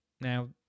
Now